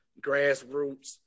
grassroots